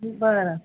बरं